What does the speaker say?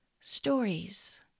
stories